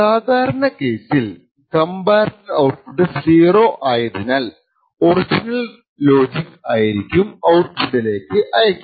സാദാരണ കേസിൽ comparator output 0 ആയതിനാൽ ഒറിജിനൽ ലോജിക് ആയിരിക്കും ഔട്പുട്ടിലേക്കു അയക്കുക